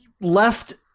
left